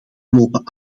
lopen